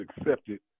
accepted